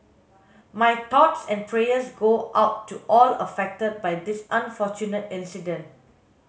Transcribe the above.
my thoughts and prayers go out to all affected by this unfortunate incident